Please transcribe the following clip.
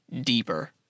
deeper